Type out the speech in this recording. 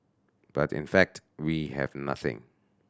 but in fact we have nothing